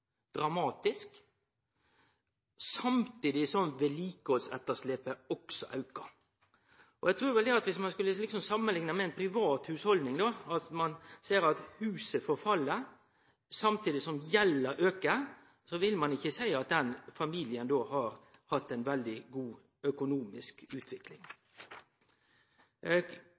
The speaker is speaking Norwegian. dramatisk, samtidig som vedlikehaldsetterslepet aukar. Eg trur at dersom ein skulle samanlikne med eit privat hushald der ein ser at huset forfell, samtidig som gjelda aukar, vil ein ikkje seie at den familien har hatt ei veldig god økonomisk utvikling.